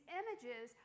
images